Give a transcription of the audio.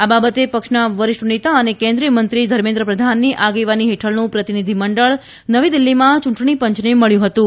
આ બાબતે પક્ષના વરિષ્ઠ નેતા અને કેન્દ્રિય મંત્રી ધર્મન્દ્ર પ્રધાનની આગેવાની હેઠળનું પ્રતિનિધિ મંડળ નવી દિલ્હીમાં યૂંટણીપંચને મળ્યું હતું